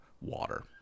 water